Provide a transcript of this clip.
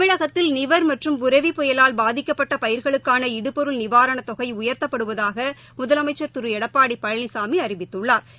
தமிழகத்தில் நிவர் மற்றும் புரெவிப் புயவால் பாதிக்கப்பட்ட பயிர்களுக்கான இடுபொருள் நிவாரணத்தொகை உயர்த்தப்படுவதாக முதலமைச்சர் திரு எடப்பாடி பழனிசாமி அறிவித்துள்ளாா